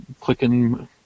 Clicking